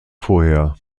vorher